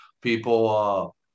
people